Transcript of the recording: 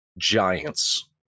Giants